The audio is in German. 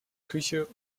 küche